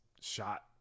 shot